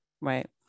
right